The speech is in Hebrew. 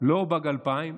לא באג 2000,